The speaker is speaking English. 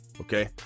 okay